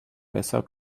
besser